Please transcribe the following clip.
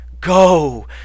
Go